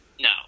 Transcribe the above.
No